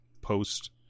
post